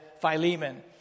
Philemon